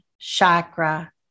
chakra